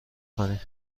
کنی